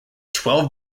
twelve